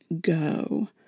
go